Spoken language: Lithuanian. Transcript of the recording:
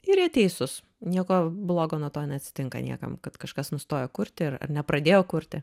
ir jie teisūs nieko blogo nuo to neatsitinka niekam kad kažkas nustojo kurti ir nepradėjo kurti